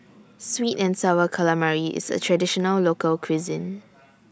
Sweet and Sour Calamari IS A Traditional Local Cuisine